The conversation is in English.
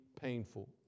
painful